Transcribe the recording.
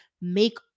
make